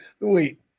wait